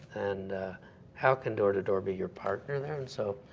and how can door to door be your partner there? and so,